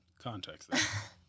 context